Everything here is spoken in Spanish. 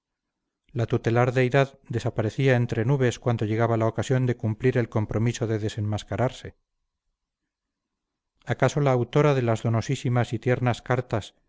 la tutelar deidad desaparecía entre nubes cuando llegaba la ocasión de cumplir el compromiso de desenmascararse acaso la autora de las donosísimas y tiernas cartas